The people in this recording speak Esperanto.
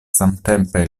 samtempe